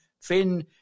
Finn